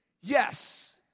Yes